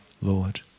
Lord